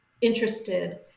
interested